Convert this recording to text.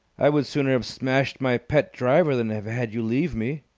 i would sooner have smashed my pet driver than have had you leave me!